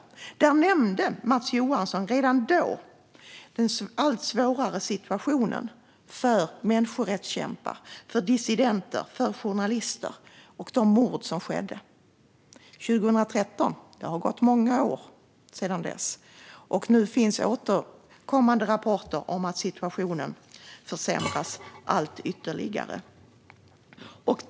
Redan då nämnde Mats Johansson den allt svårare situationen för människorättskämpar, för dissidenter och för journalister samt de mord som skedde. Det har gått många år sedan 2013. Nu finns det återkommande rapporter om att situationen försämras ytterligare.